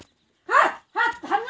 फूलकोबी लगाले की की लागोहो होबे?